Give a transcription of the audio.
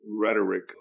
rhetoric